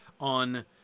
on